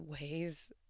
ways